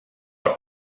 are